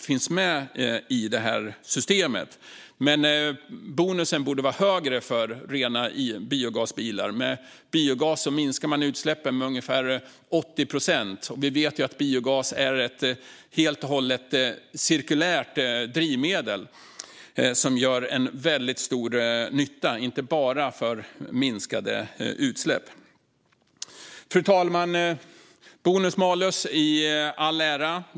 Bonusen borde som sagt vara högre för rena biogasbilar eftersom man med biogas minskar utsläppen med ungefär 80 procent. Biogas är också ett helt cirkulärt drivmedel som gör stor nytta, inte bara för minskade utsläpp. Fru talman! Bonus malus i all ära.